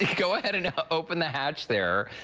go ahead and open the hatch there.